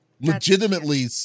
legitimately